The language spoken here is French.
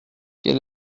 quel